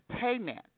payment